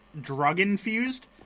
drug-infused